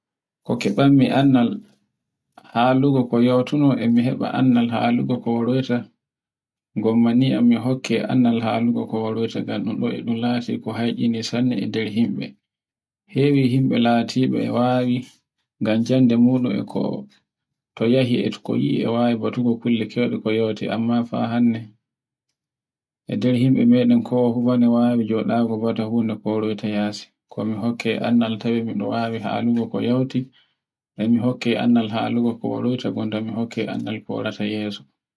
ko kebanmi annal halungo ko yautugo e mi heba annal halugu horeta, gomma ni e mi hokke halungo, ngan dun ɗon ɗun laati e ko e eeni sanne e nder himbe. Hewi himbe latibe e wawai ngam jannde mudum e ko, to yehi e toyi e wawi kolloto, amma fa hannde e nder himbe meɗen ko wadani komoye fu wawi joɗaku no koroyta yasi. komi hokke annal fu halugo ko mi yawti. e mi hokke halungo ko annal fu gonda mi hokke korata yeso.